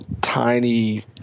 tiny